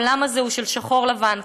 העולם הזה הוא של שחור לבן.